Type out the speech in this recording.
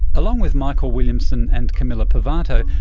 along with michael williamson and camilla pivato,